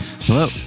Hello